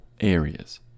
areas